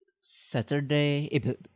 Saturday